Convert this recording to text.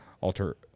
alter